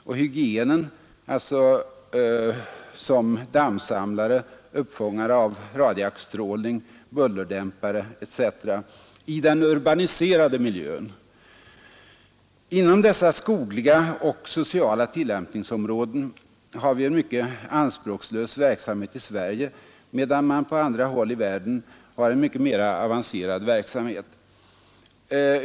— och hygienen, alltså som dammsamlare och uppfångare av radiakstrålning, bullerdämpare etc., i den urbaniserade miljön. Inom dessa skogliga och sociala tillämpningsområden har vi en mycket anspråkslös verksamhet i Sverige, medan man på andra håll i världen har en mycket mera avancerad verksamhet.